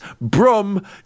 Brum